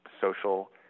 social